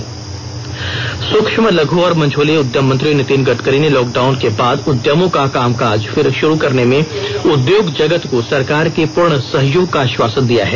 उधोग सूक्ष्म लघ् और मझौले उद्यम मंत्री नितिन गडकरी ने लॉकडाउन के बाद उद्यमों का कामकाज फिर शुरू करने में उद्योग जगत को सरकार के पूर्ण सहयोग का आश्वासन दिया है